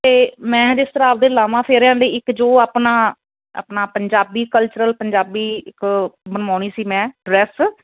ਅਤੇ ਮੈਂ ਜਿਸ ਤਰ੍ਹਾਂ ਆਪਣੇ ਲਾਵਾਂ ਫੇਰਿਆਂ ਲਈ ਇੱਕ ਜੋ ਆਪਣਾ ਆਪਣਾ ਪੰਜਾਬੀ ਕਲਚਰਲ ਪੰਜਾਬੀ ਇੱਕ ਬਨਵਾਉਣੀ ਸੀ ਮੈਂ ਡਰੈਸ